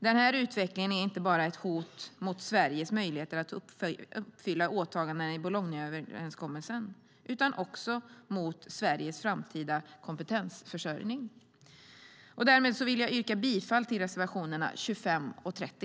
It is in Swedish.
Denna utveckling är inte bara ett hot mot Sveriges möjligheter att uppfylla åtagandena i Bolognaöverenskommelsen utan också mot Sveriges framtida kompetensförsörjning. Därmed yrkar jag bifall till reservationerna 25 och 30.